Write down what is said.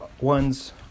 ones